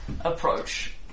approach